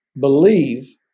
believe